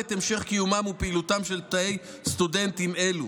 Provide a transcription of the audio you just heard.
את המשך קיומם ופעילותם של תאי סטודנטים אלו.